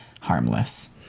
harmless